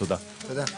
תודה לכם.